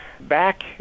Back